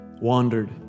wandered